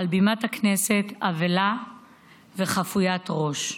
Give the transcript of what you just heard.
על במת הכנסת, אבלה וחפוית ראש.